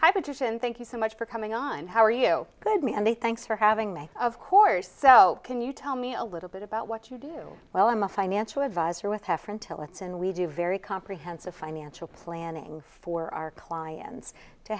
hi patricia and thank you so much for coming on how are you good me and the thanks for having me of course so can you tell me a little bit about what you do well i'm a financial advisor with half until it's and we do a very comprehensive financial planning for our clients to